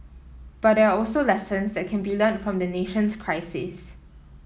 but there are also lessons that can be learnt from the nation's crisis